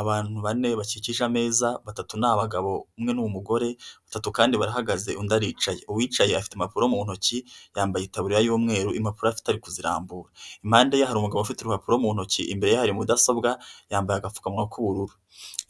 Abantu bane bakikije ameza, batatu ni abagabo umwe ni umugore; batatu kandi barahagaze undi aricaye. Uwicaye afite impapuro mu ntoki yambaye itaburiye y'umweru, impapuro afite ari kuzirambura. Impande ye hari umugabo ufite urupapuro mu ntoki, imbere ye hari mudasobwa yambaye agapfukamunwa k'ubururu.